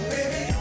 Baby